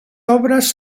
obras